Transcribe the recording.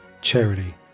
charity